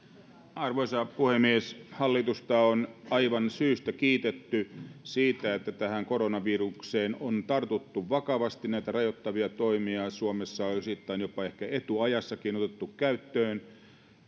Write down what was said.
arvoisa puhemies hallitusta on aivan syystä kiitetty siitä että tähän koronavirukseen on tartuttu vakavasti näitä rajoittavia toimia on suomessa jopa ehkä osittain etuajassakin otettu käyttöön